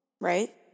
right